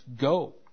go